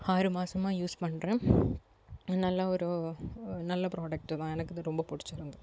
ஆறு மாசமாக யூஸ் பண்ணுறேன் நல்ல ஒரு நல்ல ப்ராடெக்ட்டு தான் எனக்கு இது ரொம்ப பிடிச்சிருந்து